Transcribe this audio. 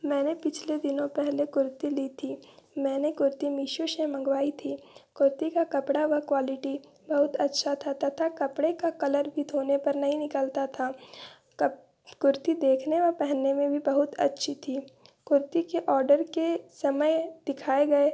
मैंने पिछले दिनों पहले कुर्ती ली थी मैंने कुर्ती मीशो से मंगवाई थी कुर्ती का कपड़ा व क्वॉलिटी बहुत अच्छा था तथा कपड़े का कलर भी धोने पर नही निकलता था कुर्ती देखने और पहनने में भी बहुत अच्छी थी कुर्ती के ओर्डर के समय दिखाए गए